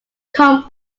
come